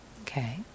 Okay